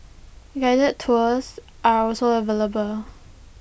guided tours are also available